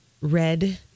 red